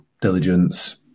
diligence